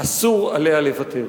אסור עליה לוותר.